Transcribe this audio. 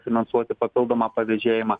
finansuoti papildomą pavėžėjimą